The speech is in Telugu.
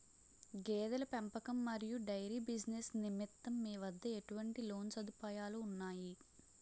గేదెల పెంపకం మరియు డైరీ బిజినెస్ నిమిత్తం మీ వద్ద ఎటువంటి లోన్ సదుపాయాలు ఉన్నాయి?